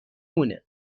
مونه